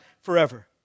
forever